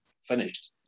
finished